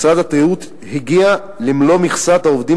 משרד התיירות הגיע למלוא מכסת העובדים